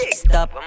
stop